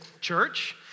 Church